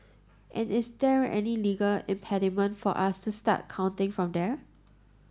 and is there any legal impediment for us to start counting from there